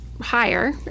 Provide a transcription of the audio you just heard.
higher